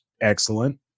Excellent